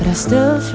and still